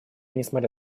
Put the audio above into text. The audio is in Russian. несмотря